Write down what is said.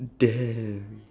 damn